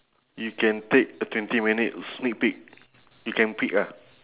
you can take a twenty minute sneak peek you can peek ah